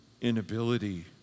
inability